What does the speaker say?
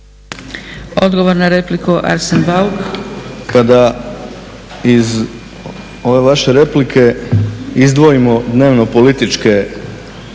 Odgovor na repliku, Arsen Bauk.